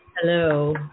Hello